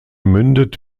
mündet